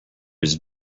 his